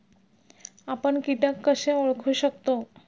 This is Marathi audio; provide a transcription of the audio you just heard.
आपण कीटक कसे ओळखू शकतो?